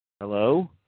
Hello